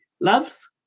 loves